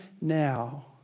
now